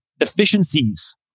efficiencies